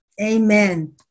Amen